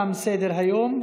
תם סדר-היום.